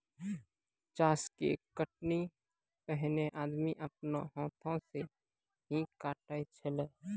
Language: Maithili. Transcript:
चास के कटनी पैनेहे आदमी आपनो हाथै से ही काटै छेलै